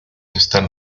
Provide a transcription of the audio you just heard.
están